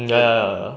mm ya ya ya